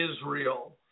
Israel